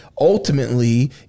ultimately